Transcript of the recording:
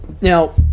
Now